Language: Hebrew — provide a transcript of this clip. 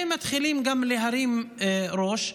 ומתחילים גם להרים ראש.